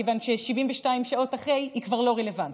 כיוון ש-72 שעות אחרי היא כבר לא רלוונטית.